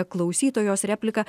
klausytojos replika